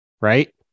right